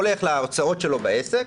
זה הולך להוצאות שלו בעסק,